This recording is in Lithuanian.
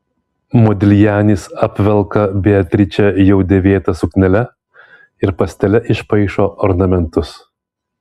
modiljanis apvelka beatričę jau dėvėta suknele ir pastele išpaišo ornamentus